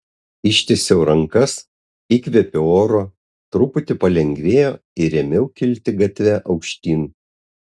ištiesiau rankas įkvėpiau oro truputį palengvėjo ir ėmiau kilti gatve aukštyn